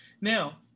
Now